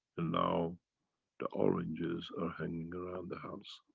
and now the oranges are hanging around the house.